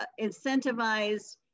incentivize